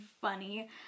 funny